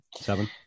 Seven